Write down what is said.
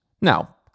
Now